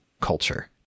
culture